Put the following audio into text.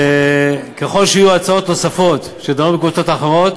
ככל שתהיינה הצעות נוספות שדנות בקבוצות האחרונות,